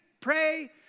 Pray